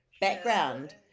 background